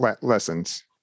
lessons